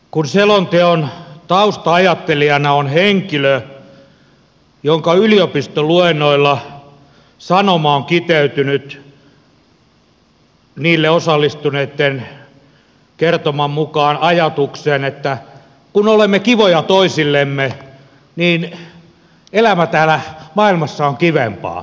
selonteon tausta ajattelijana on henkilö jonka yliopistoluennoilla sanoma on kiteytynyt niille osallistuneitten kertoman mukaan ajatukseen että kun olemme kivoja toisillemme niin elämä täällä maailmassa on kivempaa